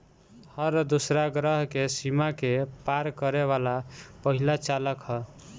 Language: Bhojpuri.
हर दूसरा ग्रह के सीमा के पार करे वाला पहिला चालक ह